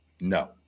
no